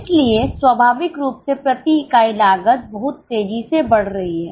इसलिए स्वाभाविक रूप से प्रति इकाई लागत बहुत तेजी से बढ़ रही है